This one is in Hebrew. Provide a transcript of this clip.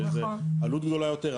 זה עלות גדולה יותר,